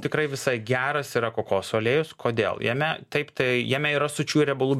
tikrai visai geras yra kokosų aliejus kodėl jame taip tai jame yra sočiųjų riebalų